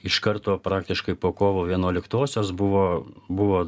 iš karto praktiškai po kovo vienuoliktosios buvo buvo